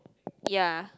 ya